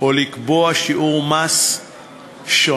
או לקבוע להם שיעור מס שונה,